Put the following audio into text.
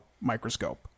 microscope